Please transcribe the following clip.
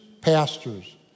pastors